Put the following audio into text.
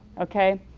okay?